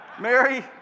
Mary